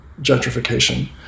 gentrification